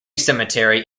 cemetery